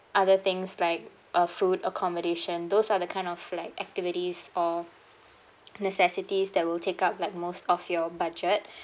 other things like uh food accommodation those are the kind of flak activities or necessities that will take up like most of your budget